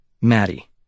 Maddie